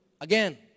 again